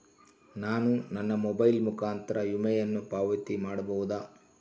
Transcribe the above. ನಾನು ನನ್ನ ಮೊಬೈಲ್ ಮುಖಾಂತರ ವಿಮೆಯನ್ನು ಪಾವತಿ ಮಾಡಬಹುದಾ?